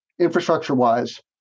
infrastructure-wise